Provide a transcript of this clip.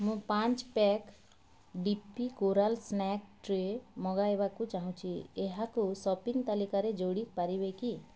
ମୁଁ ପାଞ୍ଚ pack D P coral snack tray ମଗାଇବାକୁ ଚାହୁଁଛି ଏହାକୁ ସପିଂ ତାଲିକାରେ ଯୋଡ଼ିପାରିବେ କି